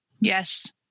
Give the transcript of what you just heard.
Yes